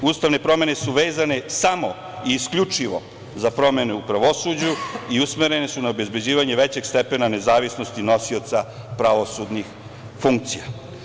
Ustavne promene su vezane samo i isključivo za promene u pravosuđu i usmerene su na obezbeđivanje većeg stepena nezavisnosti nosioca pravosudnih funkcija.